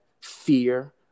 fear